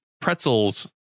pretzels